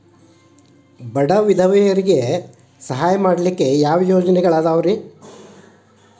ಬಡ ವಿಧವೆಯರಿಗೆ ಸಹಾಯ ಮಾಡಲು ಯಾವ ಯೋಜನೆಗಳಿದಾವ್ರಿ?